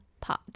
Pod